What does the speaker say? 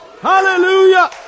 Hallelujah